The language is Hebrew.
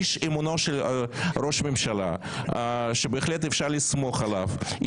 איש אמונו של ראש הממשלה שבהחלט אפשר לסמוך עליו,